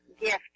gift